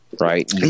right